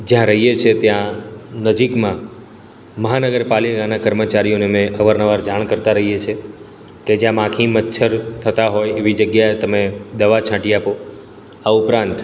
જ્યાં રહીએ છીએ ત્યાં નજીકમાં મહાનગરપાલિકાના કર્મચારીઓને અમે અવારનવાર જાણ કરતા રહીએ છે કે જ્યાં માખી મચ્છર થતા હોય એવી જગ્યા તમે દવા છાંટી આપો આ ઉપરાંત